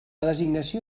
designació